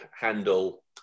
handle